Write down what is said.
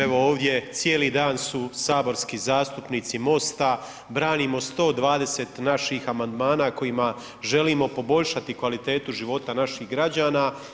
Evo ovdje cijeli dan su saborski zastupnici MOST-a branimo 120 naših amandmana kojima želimo poboljšati kvalitetu života naših građana.